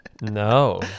No